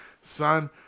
son